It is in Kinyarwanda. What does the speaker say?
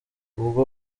ubwo